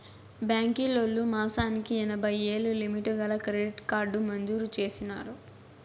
బాంకీలోల్లు మాసానికి ఎనభైయ్యేలు లిమిటు గల క్రెడిట్ కార్డు మంజూరు చేసినారు